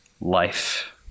life